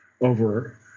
over